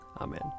Amen